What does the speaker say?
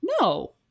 no